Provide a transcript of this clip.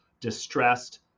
distressed